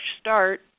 start